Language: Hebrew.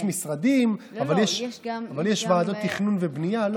יש משרדים, אבל יש ועדות תכנון ובנייה.